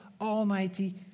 Almighty